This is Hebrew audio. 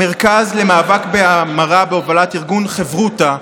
המרכז למאבק בהמרה בהובלת ארגון חברותא,